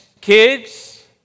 kids